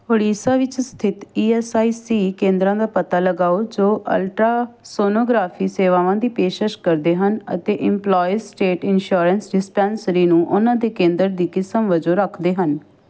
ਉੜੀਸਾ ਵਿੱਚ ਸਥਿਤ E S I C ਕੇਂਦਰਾਂ ਦਾ ਪਤਾ ਲਗਾਓ ਜੋ ਅਲਟਰਾਸੋਨੋਗ੍ਰਾਫੀ ਸੇਵਾਵਾਂ ਦੀ ਪੇਸ਼ਕਸ਼ ਕਰਦੇ ਹਨ ਅਤੇ ਇੰਪਲੋਏ ਸਟੇਟ ਇੰਸ਼ੋਰੈਂਸ ਡਿਸਪੈਂਸਰੀ ਨੂੰ ਉਨ੍ਹਾਂ ਦੇ ਕੇਂਦਰ ਦੀ ਕਿਸਮ ਵਜੋਂ ਰੱਖਦੇ ਹਨ